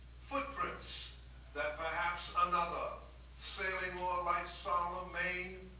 footprints that perhaps another sailing over life's solemn main,